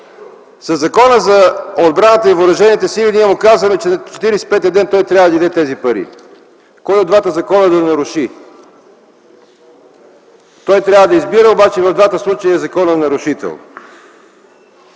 Със Закона за отбраната и въоръжените сили ние му казваме, че на 45-я ден той трябва да даде тези пари. Кой от двата закона да наруши, той трябва да избира, обаче и в двата случая е закононарушител.